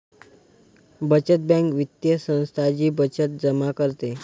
बचत बँक वित्तीय संस्था जी बचत जमा करते